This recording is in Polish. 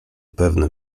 pewne